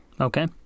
Okay